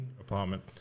apartment